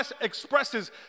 expresses